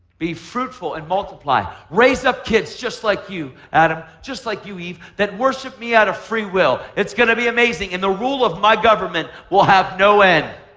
be fruitful and multiple. ah raise up kids just like you, adam. just like you, eve. that worship me out of free will. it's going to be amazing, and the rule of my government will have no end.